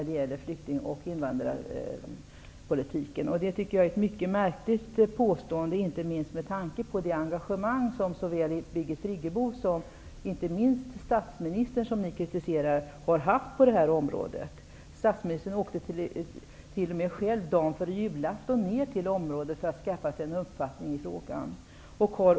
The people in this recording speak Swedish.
Det är ett mycket märkligt påstående, inte minst med tanke på det engagemang som såväl Birgit Friggebo som statsministern har haft i dessa frågor. Statsministern åkte t.o.m. själv dagen före julafton ner till området för att bilda sig en uppfattning om förhållandena.